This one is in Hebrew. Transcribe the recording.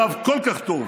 במצב כל כך טוב,